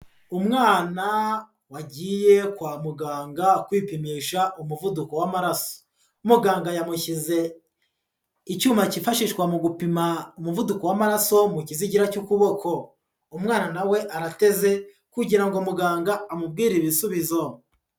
Umwana wagiye kwa muganga kwipimisha umuvuduko w'amaraso. Muganga yamushyize icyuma cyifashishwa mu gupima umuvuduko w'amaraso mu kizigira cy'ukuboko. Umwana na we arateze kugira ngo muganga amubwire ibisubizo.